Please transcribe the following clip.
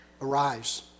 Arise